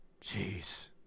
Jeez